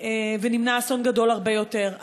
ונמנע אסון גדול הרבה יותר.